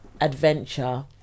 adventure